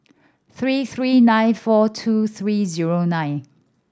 three three nine four two three zero nine